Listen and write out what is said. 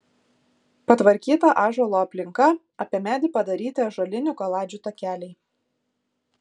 patvarkyta ąžuolo aplinka apie medį padaryti ąžuolinių kaladžių takeliai